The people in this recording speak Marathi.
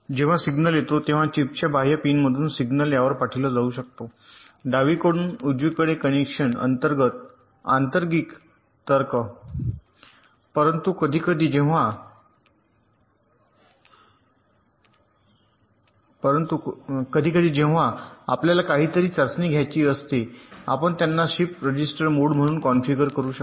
जेव्हा सिग्नल येतो तेव्हा चिपच्या बाह्य पिनमधून सिग्नल यावर पाठविला जाऊ शकतो डावीकडून उजवीकडे कनेक्शन अंतर्गत आंतरिक तर्क परंतु कधीकधी जेव्हा आपल्याला काहीतरी चाचणी घ्यायची असते आपण त्यांना शिफ्ट रजिस्टर मोड म्हणून कॉन्फिगर करू शकता